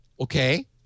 okay